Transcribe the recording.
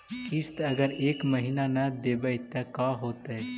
किस्त अगर एक महीना न देबै त का होतै?